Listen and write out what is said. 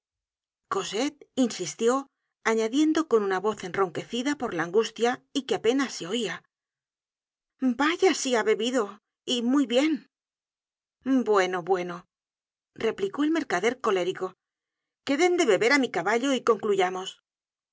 insistió añadiendo con una voz enronquecida por la angustia y que apenas se oia vaya si ha bebido y muy bien bueno bueno replicó el mercader colérico que den de beber á mi caballo y concluyamos